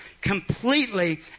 completely